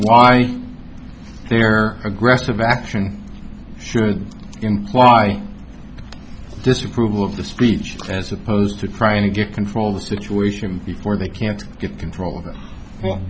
why their aggressive action should imply disapproval of the speech as opposed to trying to get control the situation before they can't get control